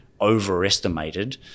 overestimated